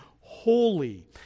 holy